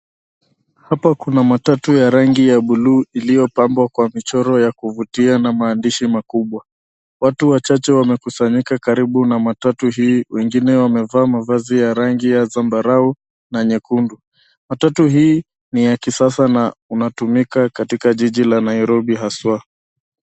Hapa kuna matatu ya rangi ya buluu iliyopambwa kwa michoro ya kuvutia na maandishi makubwa. Watu wachache wamekusanyika karibu na matatu hii, wengine wamevaa mavazi ya rangi ya zambarau na nyekundu. Matatu hii ni ya kisasa na unatumika katika jiji la Nairobi haswa.